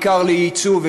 בעיקר ליצוא,